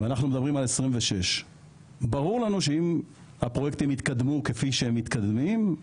ואנחנו מדברים על 2026. ברור לכם שאם הפרויקטים יתקדמו כפי שהם מתקדמים,